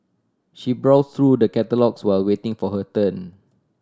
she browse through the catalogues while waiting for her turn